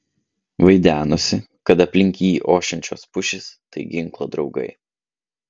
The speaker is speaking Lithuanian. vaidenosi kad aplink jį ošiančios pušys tai ginklo draugai